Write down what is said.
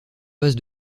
base